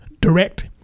direct